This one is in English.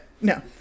No